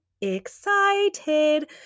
excited